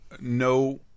No